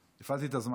הפעלתי את הזמן.